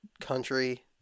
country